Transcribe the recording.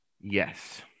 Yes